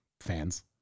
fans